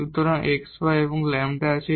সুতরাং একটি x y এবং λ আছে